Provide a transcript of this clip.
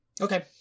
Okay